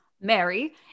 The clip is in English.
Mary